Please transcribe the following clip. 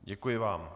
Děkuji vám.